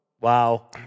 Wow